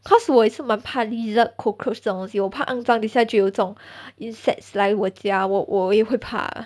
cause 我也是蛮怕 lizard cockroach 这种东西我怕肮脏等一下就有这种 insects 来我家我我也会怕